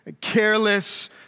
careless